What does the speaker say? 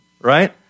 right